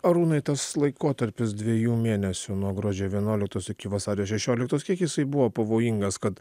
arūnai tas laikotarpis dviejų mėnesių nuo gruodžio vienuoliktos iki vasario šešioliktos kiek jisai buvo pavojingas kad